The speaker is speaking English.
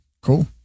Cool